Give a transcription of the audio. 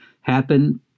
happen